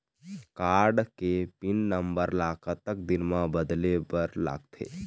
Card के pin number ला कतक दिन म बदले बर लगथे?